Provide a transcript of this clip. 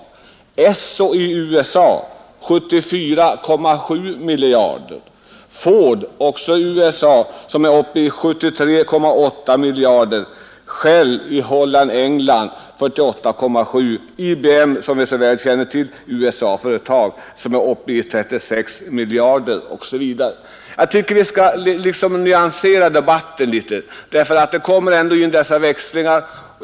Samma är förhållandet med Esso i USA med en omsättning på 74,7 miljarder, Ford, också USA, med 73,8 miljarder, Shell, Holland England, med 48,7 miljarder och IBM, som vi väl känner till, USA-företag som är uppe i 36 miljarder. Jag tycker att vi skall nyansera debatten en aning.